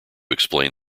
explain